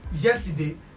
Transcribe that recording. yesterday